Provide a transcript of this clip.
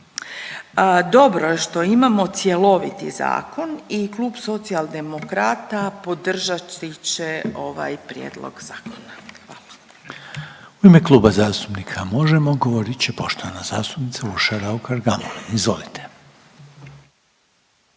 Dobro je što imamo cjeloviti zakon i Klub socijaldemokrata podržati će ovaj prijedlog zakona. Hvala. **Reiner, Željko (HDZ)** U ime Kluba zastupnika Možemo!, govorit će poštovana zastupnica Urša Raukar-Gamulin. Izvolite.